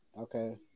Okay